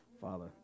Father